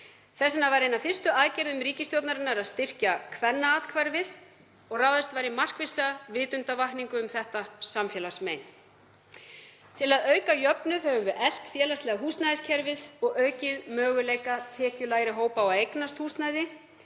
Þess vegna var ein af fyrstu aðgerðum ríkisstjórnarinnar að styrkja Kvennaathvarfið og ráðist var í markvissa vitundarvakningu um þetta samfélagsmein. Til að auka jöfnuð höfum við eflt félagslega húsnæðiskerfið og aukið möguleika tekjulægri hópa á að eignast húsnæði.